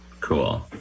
cool